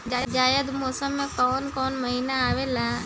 जायद मौसम में काउन काउन महीना आवेला?